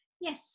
yes